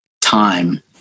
time